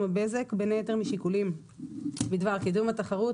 הבזק בין היתר משיקולים בדבר קידום התחרות,